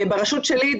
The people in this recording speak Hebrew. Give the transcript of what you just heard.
ברשות שלי,